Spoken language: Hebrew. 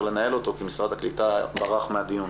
לנהל אותו כי משרד הקליטה ברח מהדיון.